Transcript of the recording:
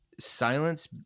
silence